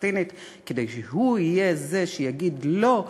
הפלסטינית כדי שהוא יהיה זה שיגיד לא,